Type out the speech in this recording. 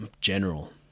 general